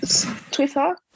Twitter